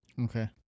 Okay